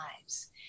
lives